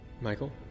Michael